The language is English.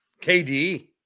kd